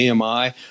AMI